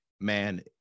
man